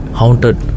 haunted